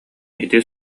ити